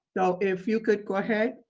so if you could go ahead.